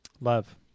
Love